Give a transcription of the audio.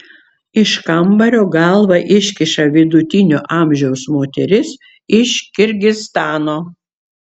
iš kambario galvą iškiša vidutinio amžiaus moteris iš kirgizstano